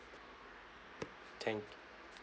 thank